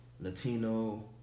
Latino